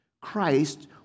Christ